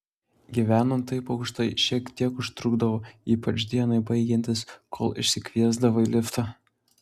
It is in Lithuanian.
gyvenant taip aukštai šiek tiek užtrukdavo ypač dienai baigiantis kol išsikviesdavai liftą